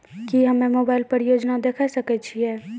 की हम्मे मोबाइल पर योजना देखय सकय छियै?